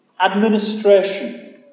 administration